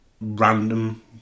random